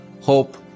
hope